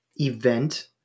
event